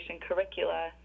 curricula